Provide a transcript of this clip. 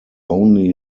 only